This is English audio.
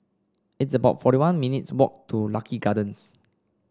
it's about forty one minutes' walk to Lucky Gardens